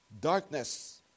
Darkness